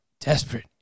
desperate